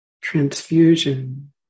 transfusion